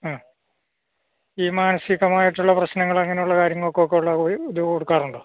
മ് ഈ മാനസികമായിട്ടുള്ള പ്രശ്നങ്ങൾ അങ്ങനെ ഉള്ള കാര്യങ്ങൾക്ക് ഒക്കെ ഉള്ള ഇത് കൊടുക്കാറുണ്ടോ